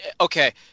Okay